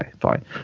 fine